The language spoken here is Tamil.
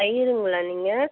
ஐயருங்களா நீங்கள்